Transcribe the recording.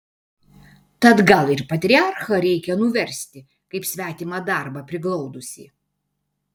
tad gal ir patriarchą reikia nuversti kaip svetimą darbą priglaudusį